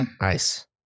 Nice